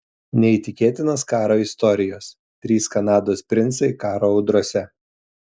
neįtikėtinos karo istorijos trys kanados princai karo audrose